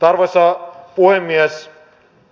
arvoisa puhemies